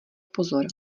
pozor